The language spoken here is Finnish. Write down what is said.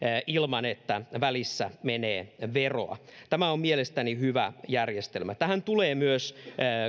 ilman että välissä menee veroa tämä on mielestäni hyvä järjestelmä tähän tulee myös